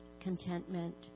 contentment